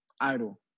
idol